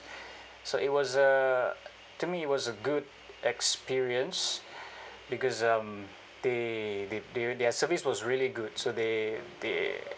so it was uh to me it was a good experience because um they they their service was really good so they they